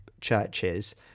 churches